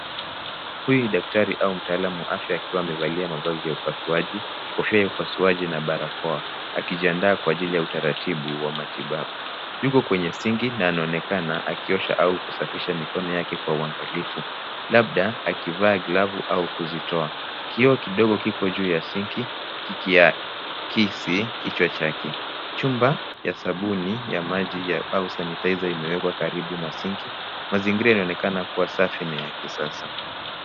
Huyu ni mtaalamu wa afya au daktari akiwa amevalia mavazi ya upasuaji, kofia ya upasuaji na barakoa akijiandaa kwa ajili ya utaratibu wa matibabu. Yuko kwenye sinki na anaonekana akiosha au kusafisha mikono yake kwa uangalifu labda akivaa glavu au kuzitoa. Kioo kidogo kiko juu ya sinki kikiakisi kichwa chake. Chumba cha sabuni ya maji au sanitizer imewekwa karibu na sinki. Mazingira inaonekana kuwa safi na ya kisasa.